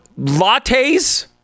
lattes